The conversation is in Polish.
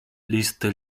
listy